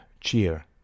cheer